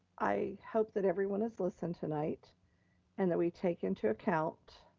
i hope that everyone has listened tonight and that we take into account